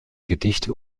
gedichte